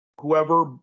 whoever